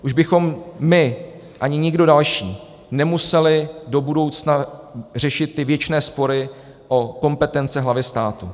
Už bychom my ani nikdo další nemuseli do budoucna řešit ty věčné spory o kompetence hlavy státu.